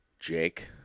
Jake